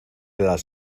las